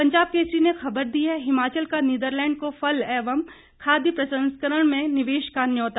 पंजाब केसरी ने खबर दी है हिमाचल का नीदरलैंड को फल एवं खाद्य प्रसंस्करण में निवेश का न्यौता